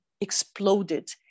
exploded